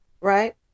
Right